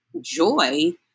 joy